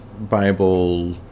Bible